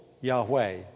Yahweh